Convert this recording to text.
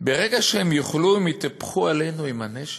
ברגע שהם יוכלו הם יתהפכו עלינו עם הנשק.